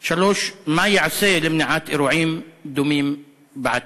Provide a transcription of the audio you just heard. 3. מה ייעשה למניעת אירועים דומים בעתיד?